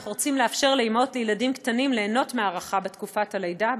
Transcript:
אנחנו רוצים לאפשר לאימהות לילדים קטנים ליהנות מההארכה בתקופת הלידה,